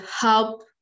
help